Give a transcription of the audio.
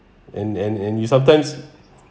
and and and you sometimes